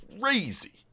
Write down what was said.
crazy